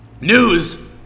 News